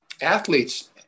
athletes